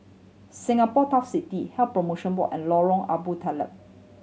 Singapore Turf City Health Promotion Board and Lorong Abu Talib